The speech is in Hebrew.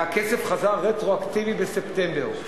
והכסף חזר רטרואקטיבי בספטמבר.